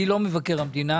אני לא מבקר המדינה,